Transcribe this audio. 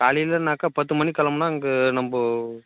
காலையிலேன்னாக்கா பத்து மணிக்கு கிளம்புனா இங்கே நம்ம